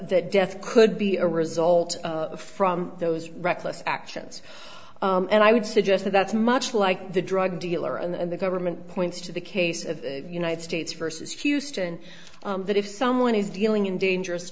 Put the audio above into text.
that death could be a result from those reckless actions and i would suggest that's much like the drug dealer and the government points to the case of united states versus houston that if someone is dealing in dangerous